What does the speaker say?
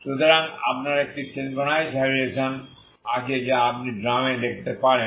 সুতরাং আপনার একটি সিঙ্ক্রোনাইজড ভাইব্রেশন আছে যা আপনি ড্রামে দেখতে পারেন